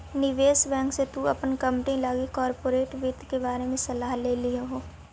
निवेश बैंक से तु अपन कंपनी लागी कॉर्पोरेट वित्त के बारे में सलाह ले लियहू